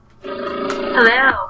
Hello